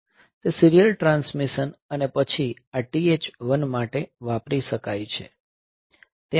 તે serial transmission અને પછી આ TH1 માટે વાપરી શકાય છે